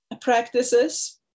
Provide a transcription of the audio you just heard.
practices